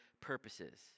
purposes